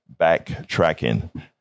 backtracking